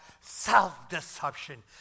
self-deception